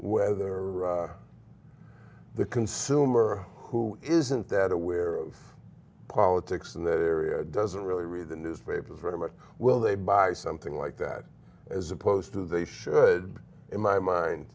whether or the consumer who isn't that aware of politics in the area doesn't really read the newspapers very much will they buy something like that as opposed to they should in my mind